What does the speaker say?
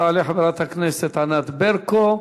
תעלה חברת הכנסת ענת ברקו,